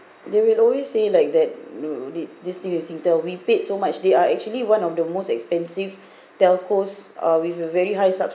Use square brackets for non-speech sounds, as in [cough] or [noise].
they will always say like that thi~ this thing with singtel we paid so much they are actually one of the most expensive [breath] telcos uh with a very high subscription